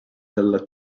della